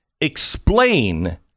explain